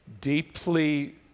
deeply